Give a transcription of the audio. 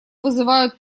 вызывают